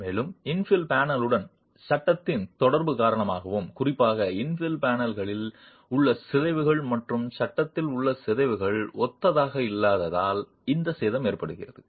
மேலும் இன்ஃபில் பேனலுடன் சட்டகத்தின் தொடர்பு காரணமாகவும் குறிப்பாக இன்ஃபில் பேனலில் உள்ள சிதைவுகள் மற்றும் சட்டத்தில் உள்ள சிதைவுகள் ஒத்ததாக இல்லாததால் இந்த சேதம் ஏற்படுகிறது